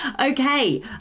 Okay